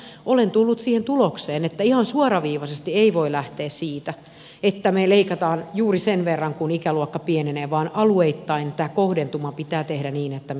mutta olen tullut siihen tulokseen että ihan suoraviivaisesti ei voi lähteä siitä että me leikkaamme juuri sen verran kuin ikäluokka pienenee vaan alueittain tämä kohdentuma pitää tehdä niin että me sen kestämme